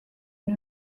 une